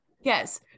yes